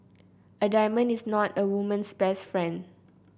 a diamond is not a woman's best friend